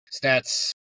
Stats